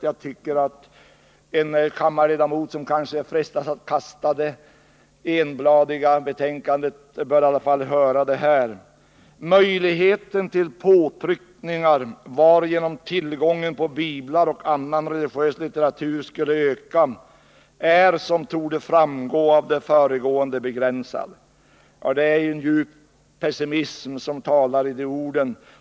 Jag tycker att en kammarledamot som frestas att kasta det enbladiga betänkandet bör höra detta: ”Möjligheten till påtryckningar varigenom tillgången på biblar och annan religiös litteratur skulle öka är, som torde framgå av det föregående, begränsad.” Det ligger en djup pessimism i de orden.